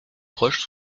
proches